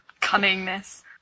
cunningness